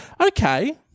Okay